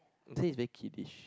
they say is very kiddish